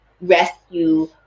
rescue